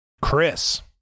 Chris